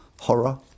horror